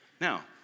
Now